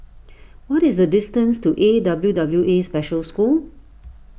what is the distance to A W W A Special School